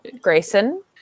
Grayson